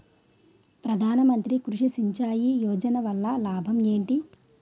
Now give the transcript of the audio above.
ప్రధాన మంత్రి కృషి సించాయి యోజన వల్ల లాభం ఏంటి?